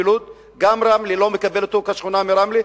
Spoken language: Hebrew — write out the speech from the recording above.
לוד וגם רמלה לא מקבלת אותו כשכונה של רמלה.